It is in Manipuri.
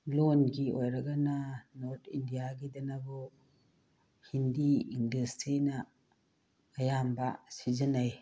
ꯂꯣꯟꯒꯤ ꯑꯣꯏꯔꯒꯅ ꯅꯣꯔꯠ ꯏꯟꯗꯤꯌꯥꯒꯤꯗꯅꯕꯨ ꯍꯤꯟꯗꯤ ꯏꯪꯂꯤꯁꯁꯤꯅ ꯑꯌꯥꯝꯕ ꯁꯤꯖꯤꯟꯅꯩ